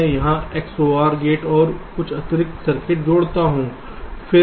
मैं यहां XOR gate और कुछ अतिरिक्त सर्किट जोड़ता हूं